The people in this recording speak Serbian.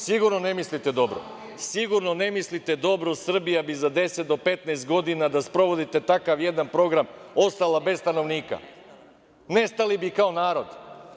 Sigurno ne mislite dobro, Srbija bi za 10 do 15 godina da sprovodite takav jedan program ostala bez stanovnika, nestali bi kao narod.